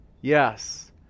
Yes